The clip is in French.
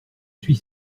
suis